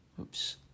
oops